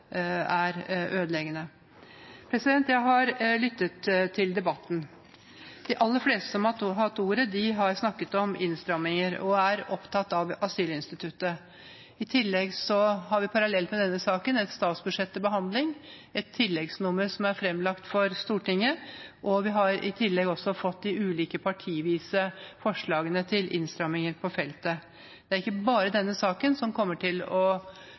er ødeleggende. Jeg har lyttet til debatten. De aller fleste som har hatt ordet, har snakket om innstramminger og er opptatt av asylinstituttet. I tillegg har vi parallelt med denne saken et statsbudsjett til behandling og et tilleggsnummer som er fremlagt for Stortinget. Vi har også fått de ulike partivise forslagene til innstramminger på feltet. Det er ikke bare denne saken som kommer til å